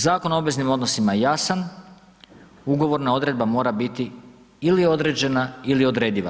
Zakon o obveznim odnosima je jasan, ugovorna odredba mora biti ili određena ili odrediva.